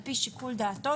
על פי שיקול דעתו,